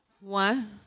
One